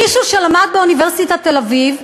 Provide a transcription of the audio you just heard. מישהו שלמד באוניברסיטת תל-אביב,